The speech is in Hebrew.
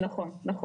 נכון.